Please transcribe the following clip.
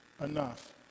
enough